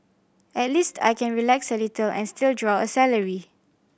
at least I can relax a little and still draw a salary